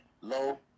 Low